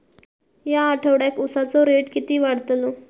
या आठवड्याक उसाचो रेट किती वाढतलो?